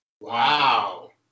Wow